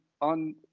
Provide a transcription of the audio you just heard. on